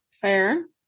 fair